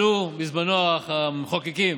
בזמנו שאלו המחוקקים: